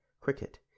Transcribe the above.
cricket